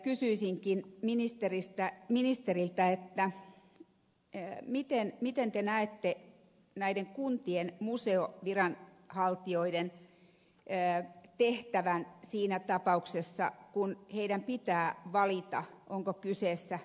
kysyisinkin ministeriltä miten te näette näiden kuntien museoviranhaltijoiden tehtävän siinä tapauksessa kun heidän pitää valita onko kyseessä